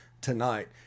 tonight